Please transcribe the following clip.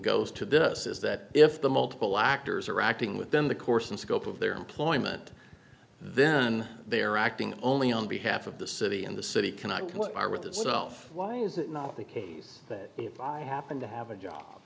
goes to this is that if the multiple actors are acting within the course and scope of their employment then they are acting only on behalf of the city and the city cannot be what are with itself why is it not the case that if i happen to have a